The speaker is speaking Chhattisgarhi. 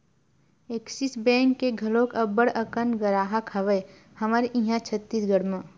ऐक्सिस बेंक के घलोक अब्बड़ अकन गराहक हवय हमर इहाँ छत्तीसगढ़ म